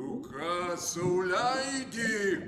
tu ką sau leidi